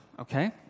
okay